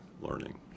learning